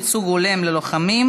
ייצוג הולם ללוחמים),